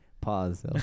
pause